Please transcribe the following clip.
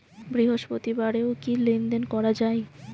বৃহস্পতিবারেও কি লেনদেন করা যায়?